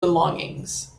belongings